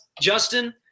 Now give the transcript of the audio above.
Justin